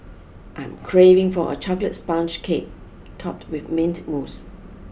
I'm craving for a chocolate sponge cake topped with mint mousse